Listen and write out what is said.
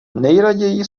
nejraději